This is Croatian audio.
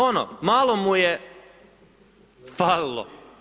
Ono, malo mu je falilo.